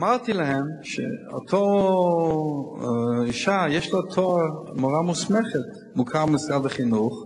אמרתי להם שלאותה אשה יש תואר של מורה מוסמכת המוכר על-ידי משרד החינוך,